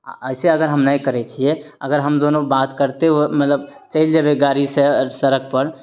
आ एसे अगर हम नहि करय छियै अगर हमदोनो बात करते हुए मतलब चलि जेबै गाड़ी से सड़क पर